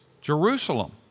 Jerusalem